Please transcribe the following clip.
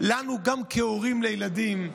גם לנו, כהורים לילדים,